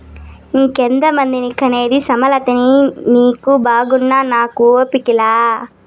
ఇంకెంతమందిని కనేది సామలతిని నీకు బాగున్నా నాకు ఓపిక లా